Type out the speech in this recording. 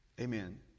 Amen